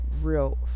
real